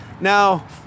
Now